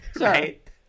right